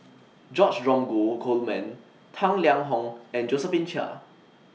George Dromgold Coleman Tang Liang Hong and Josephine Chia